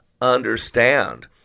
understand